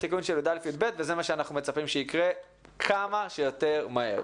התיקון של י"א-י"ב וזה מה שאנחנו מצפים שיקרה כמה שיותר מהר.